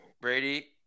Brady